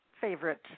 favorite